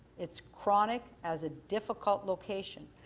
it's chronic as a difficult location.